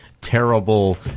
terrible